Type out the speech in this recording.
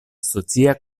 socia